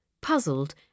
Puzzled